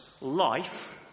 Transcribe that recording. life